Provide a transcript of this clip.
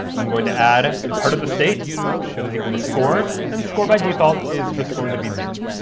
i'm going to add part of the state that is equal to score, and score by default is just going to be zero.